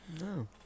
No